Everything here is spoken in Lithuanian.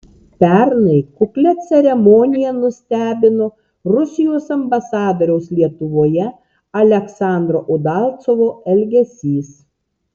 pernai kuklia ceremonija nustebino rusijos ambasadoriaus lietuvoje aleksandro udalcovo elgesys